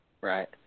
Right